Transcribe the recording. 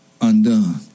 undone